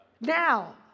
now